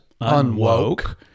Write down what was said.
unwoke